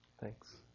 Thanks